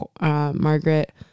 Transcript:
Margaret